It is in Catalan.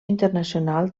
internacional